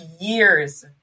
years